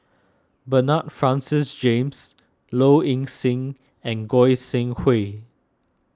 Bernard Francis James Low Ing Sing and Goi Seng Hui